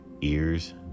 Ears